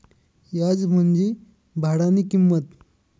याज म्हंजी भाडानी किंमत